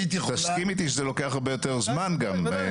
תסכים איתי שזה לוקח הרבה יותר זמן גם.